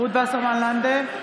רות וסרמן לנדה,